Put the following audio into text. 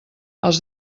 els